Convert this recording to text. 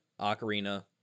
ocarina